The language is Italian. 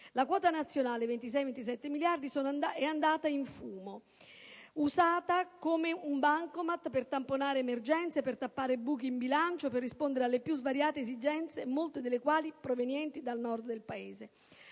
la quota nazionale (26-27 miliardi) è andata in fumo, usata come un bancomat per tamponare emergenze, per tappare buchi in bilancio, per rispondere alle più svariate esigenze, molte delle quali provenienti dal Nord del Paese.